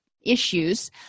issues